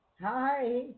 Hi